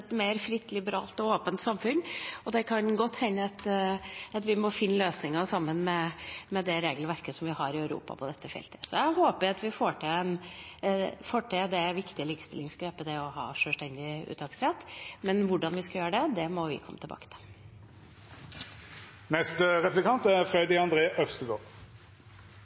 et mer fritt, liberalt og åpent samfunn. Det kan godt hende at vi må finne løsninger med det regelverket som vi har i Europa på dette feltet. Jeg håper at vi får til det viktige likestillingsgrepet det er å ha sjølstendig uttaksrett, men hvordan vi skal gjøre det, må vi komme tilbake til.